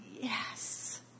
yes